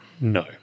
No